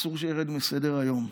אסור שירד מסדר-היום.